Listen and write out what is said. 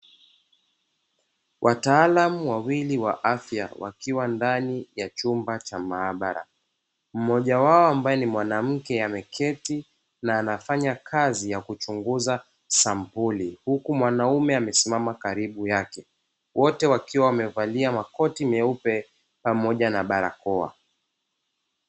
Wataalamu wawili wa afya wakiwa ndani ya chumba cha maabara. Mmoja wao ambaye ni mwanamke ameketi na anafanya kazi ya kuchunguza sampuli, huku mwanamume amesimama karibu yake. Wote wakiwa wamevalia makoti meupe pamoja na barakoa.